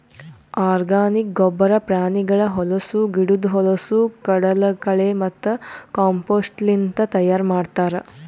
organic ಗೊಬ್ಬರ ಪ್ರಾಣಿಗಳ ಹೊಲಸು, ಗಿಡುದ್ ಹೊಲಸು, ಕಡಲಕಳೆ ಮತ್ತ ಕಾಂಪೋಸ್ಟ್ಲಿಂತ್ ತೈಯಾರ್ ಮಾಡ್ತರ್